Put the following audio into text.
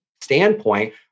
standpoint